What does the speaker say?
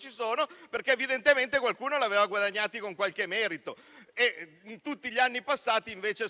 ci sono perché evidentemente qualcuno li aveva guadagnati con qualche merito. In tutti gli anni passati invece,